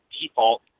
default